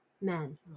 men